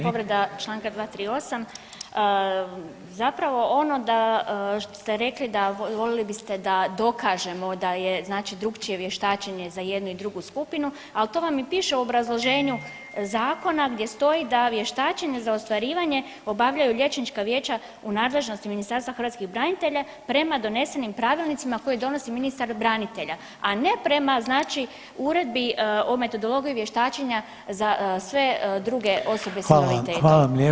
Povreda 238., zapravo ono da što ste rekli da volili biste da dokažemo da je znači drukčije vještačenje za jednu i drugu skupinu, al to vam i piše u obrazloženju zakona gdje stoji da vještačenje za ostvarivanje obavljaju liječnička vijeća u nadležnosti Ministarstva hrvatskih branitelja prema donesenim pravilnicima koje donosi ministar branitelja, a ne prama znači Uredbi o metodologiji vještačenja za sve druge osobe s invaliditetom.